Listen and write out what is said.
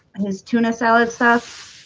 and his tuna salad sauce,